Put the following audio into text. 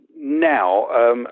now